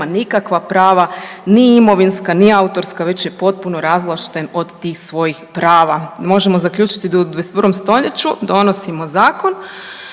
nikakva prava ni imovinska, ni autorska već je potpuno razvlašten od tih svojih prava. Možemo zaključiti da u 21. stoljeću donosimo zakon